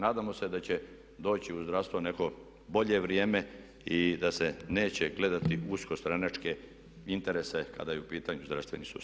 Nadamo se da će doći u zdravstvo neko bolje vrijeme i da se neće gledati usko stranačke interese kada je u pitanju zdravstveni sustav.